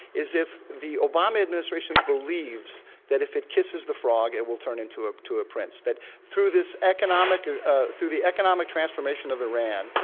is if the obama administrationbelieves that if it kisses the frog it will turn into ah a ah prince, that through this economic ah ah through the economic transformation of iran,